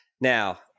Now